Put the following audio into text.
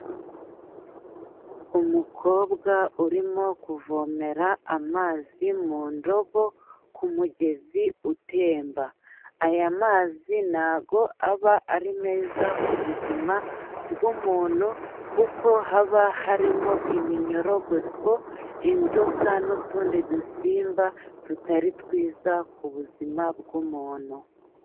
Umukobwa urimo kuvomera amazi mu ndobo ku mugezi utemba, aya mazi ntago aba ari meza ku buzima bw'umuntu kuko haba harimo iminyorogoto, inzoka n'utundi dusimba tutari twiza ku buzima bw'umuntu.